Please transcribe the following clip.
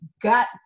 got